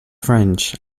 french